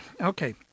Okay